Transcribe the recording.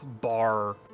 bar